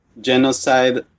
genocide